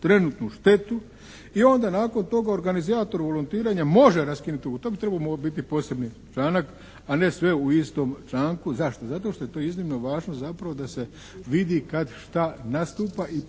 trenutnu štetu i onda nakon toga organizator volontiranja može raskinuti ugovor. To bi trebao biti posebni članak a ne sve u istom članku. Zašto? Zato što je to iznimno važno zapravo da se vidi kad šta nastupa i